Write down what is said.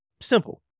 Simple